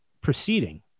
proceeding